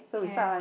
can